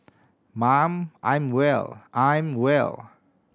mum I'm well I'm well